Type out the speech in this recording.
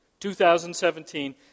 2017